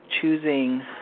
choosing